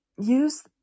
use